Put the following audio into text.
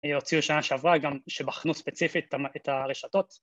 הוציאו שנה שעברה גם שבחנו ספציפית את הרשתות